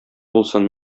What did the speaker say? булсын